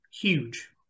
huge